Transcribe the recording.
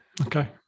okay